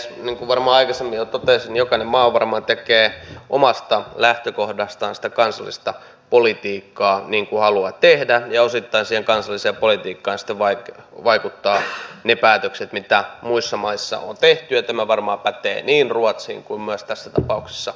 niin kuin varmaan aikaisemmin jo totesin jokainen maa varmaan tekee omasta lähtökohdastaan sitä kansallista politiikkaa niin kuin haluaa tehdä ja osittain siihen kansalliseen politiikkaan sitten vaikuttavat ne päätökset mitä muissa maissa on tehty ja tämä varmaan pätee niin ruotsiin kuin myös tässä tapauksessa suomeen